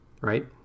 right